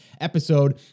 episode